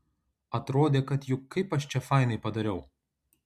atrodė kad juk kaip aš čia fainai padariau